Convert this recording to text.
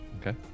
okay